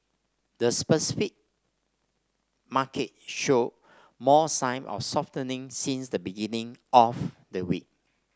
this Pacific market showed more sign of softening since the beginning of the week